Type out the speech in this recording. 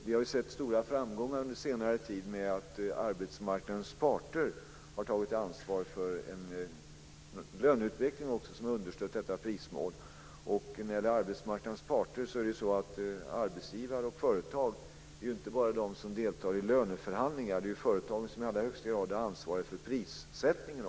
Vi har också sett stora framgångar under senare tid med att arbetsmarknadens parter har tagit ansvar för en löneutveckling som har understött detta prismål. När det gäller arbetsmarknadens parter deltar ju arbetsgivare och företag inte bara i löneförhandlingar, utan företagen är i allra högsta grad också ansvariga för prissättningen.